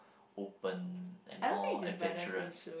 open and more adventurous